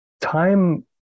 time